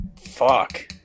fuck